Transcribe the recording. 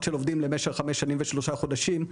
של העובדים למשך חמש שנים ושלושה חודשים,